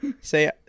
say